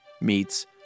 Meets